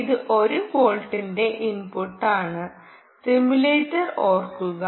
ഇത് 1 വോൾട്ടിന്റെ ഇൻപുട്ടാണ് സിമുലേറ്റർ ഓർമ്മിക്കുക